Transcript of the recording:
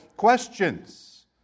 questions